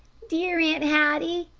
dear aunt hattie,